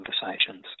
conversations